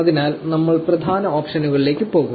അതിനാൽ നമ്മൾ പ്രധാന ഓപ്ഷനുകളിലേക്ക് പോകും